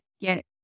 get